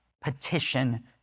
petition